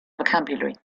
vocabulary